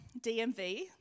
DMV